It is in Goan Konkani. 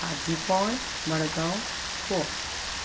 पाजी फोंड मडगांव गोवा